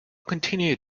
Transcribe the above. continued